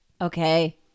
Okay